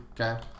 Okay